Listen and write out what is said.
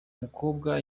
mukobwa